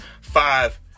five